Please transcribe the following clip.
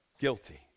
guilty